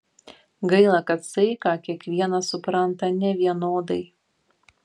gaila kad saiką kiekvienas supranta nevienodai